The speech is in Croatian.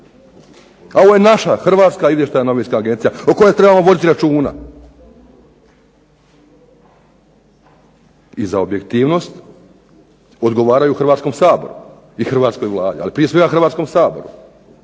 A ovo je naša Hrvatska izvještajna obavještajna agencija o kojoj trebamo voditi računa. I za objektivnost odgovaraju Hrvatskom saboru i hrvatskoj Vladi, ali prije svega Hrvatskom saboru.